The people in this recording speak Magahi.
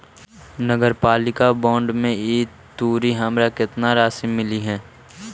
नगरपालिका बॉन्ड में ई तुरी हमरा केतना राशि मिललई हे?